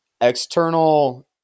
external